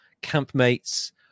Campmates